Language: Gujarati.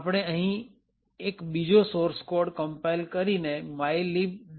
આપણે અહીં એક બીજો સોર્સ કોડ કમ્પાઈલ કરીને mylib